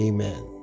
Amen